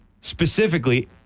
specifically